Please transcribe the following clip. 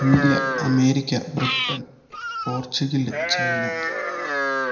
India America Britain Portugal China